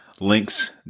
links